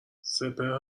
سپهر